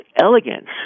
elegance